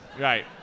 Right